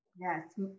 Yes